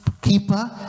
keeper